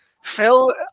Phil